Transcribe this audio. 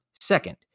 second